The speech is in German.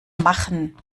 machen